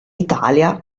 italia